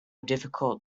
difficult